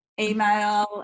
email